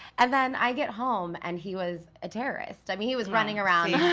and then, i get home and he was a terrorist. i mean, he was running around,